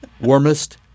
Warmest